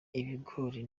ibigori